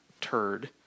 turd